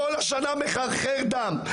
כל השנה מחרחר דם.